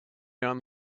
down